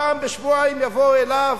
פעם בשבועיים יבואו אליו,